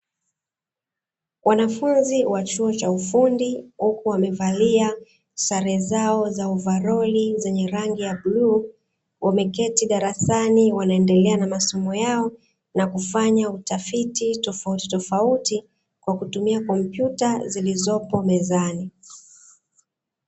Wanafunzi wa chuo cha ufundi huku wamevalia sare zao za ovaroli zenye rangi ya bluu, wameketi darasani wanaendelea na masomo yao na kufanya utafiti tofautitofauti, kwa kutumia kompyuta zilizopo mezani.